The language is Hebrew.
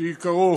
שעיקרו